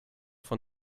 von